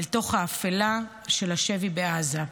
אל תוך האפלה של השבי בעזה.